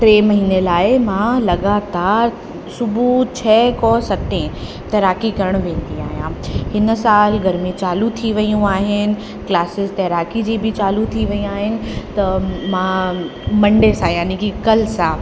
टे महीने लाइ मां लॻातार सुबुह छह खां सते तैराकी सिखी करण वेंदी आहे हिन साल गर्मी चालू थी वेयूं आहिनि क्लासिस तैराकी जी बि चालू थी वेई आहिनि त मां मंडे सां यानि कि कल्ह सां